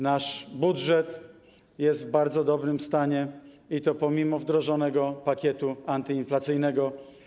Nasz budżet jest w bardzo dobrym stanie, i to pomimo wdrożonego pakietu antyinflacyjnego.